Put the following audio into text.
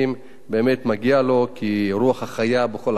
באמת מגיע לו, כי הוא הרוח החיה בכל החוק הזה.